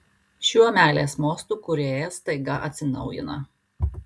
šiuo meilės mostu kūrėjas staiga atsinaujina